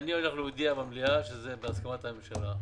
אני הולך להודיע במליאה שזה בהסכמת הממשלה,